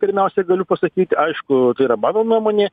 pirmiausiai galiu pasakyt aišku tai yra mano nuomonė